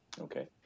Okay